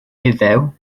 iddew